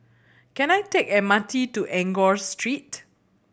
can I take M R T to Enggor Street